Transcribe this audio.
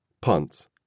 punts